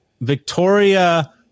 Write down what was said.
Victoria